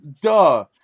duh